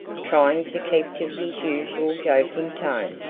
trying to keep to his usual joking tone.